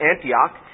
Antioch